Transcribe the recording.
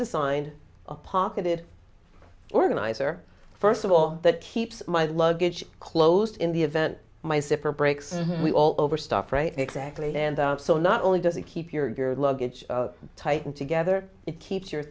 designed a pocketed organizer first of all that keeps my luggage closed in the event my super brakes we all over stuff right exactly and so not only does it keep your luggage tighten together it keeps your